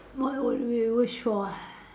what would we wish for ah